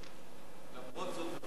למרות זאת,